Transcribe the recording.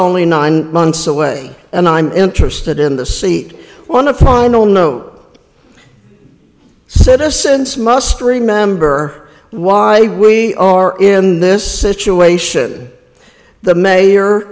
only nine months away and i'm interested in the seat when the final note citizens must remember why we are in this situation the mayor